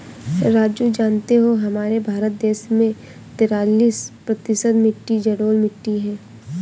राजू जानते हो हमारे भारत देश में तिरालिस प्रतिशत मिट्टी जलोढ़ मिट्टी हैं